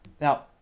Now